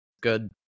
good